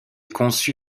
conçus